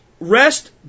Rest